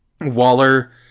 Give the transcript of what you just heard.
waller